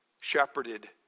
shepherded